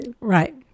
Right